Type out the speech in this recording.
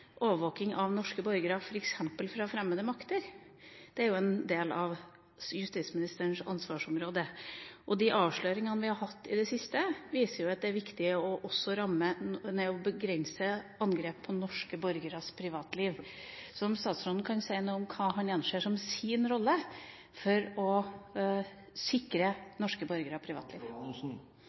overvåking av norske borgere, f.eks. fra fremmede makter. Det er en del av justisministerens ansvarsområde. De avsløringene vi har hatt i det siste, viser at det er viktig også å begrense angrep på norske borgeres privatliv. Så kan statsråden si noe om hva han anser som sin rolle for å sikre norske borgeres privatliv? Dette er en viktig del av den jobben regjeringen driver med hele tiden, og